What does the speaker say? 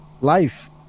life